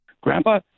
Grandpa